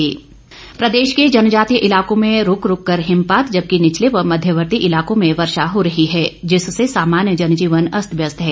मौसम प्रदेश के जनजातीय इलाकों में रूक रूक कर हिमपात जबकि निचले व मध्यवर्ती इलाकों में वर्षा हो रही है जिससे सामान्य जनजीवन अस्त व्यस्त है